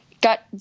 got